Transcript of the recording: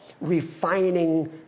refining